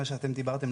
על מה שאתם דיברתם,